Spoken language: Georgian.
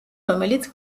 რომელიც